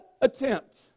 attempt